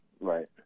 right